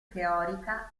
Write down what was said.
teorica